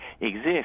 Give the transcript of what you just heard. exist